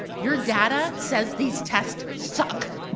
your data says these tests suck!